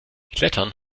klettern